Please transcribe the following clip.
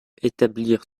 établir